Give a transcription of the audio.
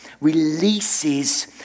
releases